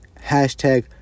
hashtag